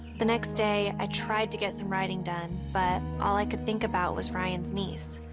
the next day, i tried to get some writing done, but all i could think about was ryan's niece.